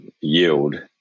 yield